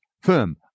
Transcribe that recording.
firm